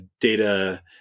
data